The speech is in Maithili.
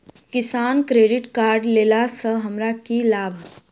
किसान क्रेडिट कार्ड लेला सऽ हमरा की लाभ?